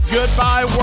Goodbye